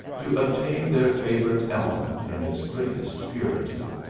to obtain their favourite ele ment in its greatest purity.